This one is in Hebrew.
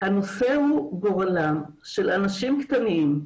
הנושא הוא גורלם של אנשים קטנים,